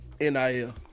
NIL